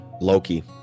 Loki